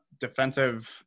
Defensive